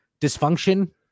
Dysfunction